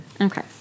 Okay